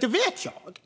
Det vet jag.